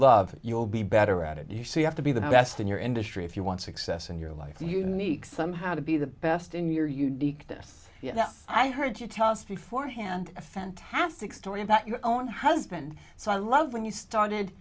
love you'll be better at it you see you have to be the best in your industry if you want success in your life unique somehow to be the best in your uniqueness yeah i heard you tell us before hand a fantastic story about your own husband so i love when you started